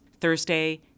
Thursday